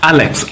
Alex